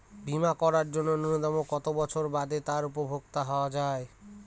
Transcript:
বীমা করার জন্য ন্যুনতম কত বছর বাদে তার উপভোক্তা হওয়া য়ায়?